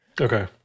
Okay